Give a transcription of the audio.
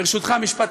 נא לסיים.